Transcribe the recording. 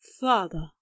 Father